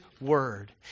Word